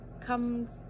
come